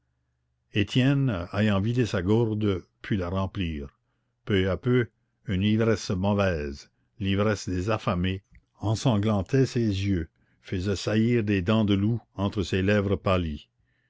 étienne ayant vidé sa gourde put la remplir peu à peu une ivresse mauvaise l'ivresse des affamés ensanglantait ses yeux faisait saillir des dents de loup entre ses lèvres pâlies